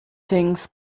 things